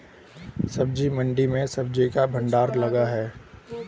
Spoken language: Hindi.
सब्जी मंडी में सब्जी का भंडार लगा है